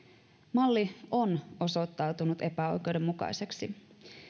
malli on osoittautunut epäoikeudenmukaiseksi